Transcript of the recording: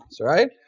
right